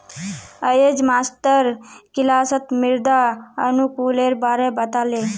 अयेज मास्टर किलासत मृदा अनुकूलेर बारे बता ले